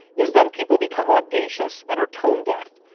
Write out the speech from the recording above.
is then people become audacious and are tone-deaf.